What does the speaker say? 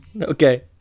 Okay